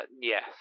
Yes